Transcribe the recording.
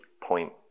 point